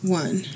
one